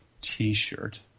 t-shirt